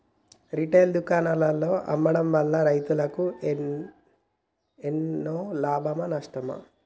Retail దుకాణాల్లో అమ్మడం వల్ల రైతులకు ఎన్నో లాభమా నష్టమా?